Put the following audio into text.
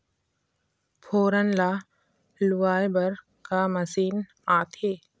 फोरन ला लुआय बर का मशीन आथे?